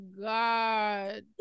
god